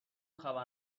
خبر